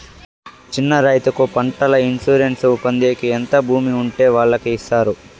చిన్న రైతుకు పంటల ఇన్సూరెన్సు పొందేకి ఎంత భూమి ఉండే వాళ్ళకి ఇస్తారు?